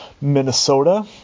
Minnesota